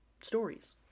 stories